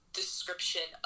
description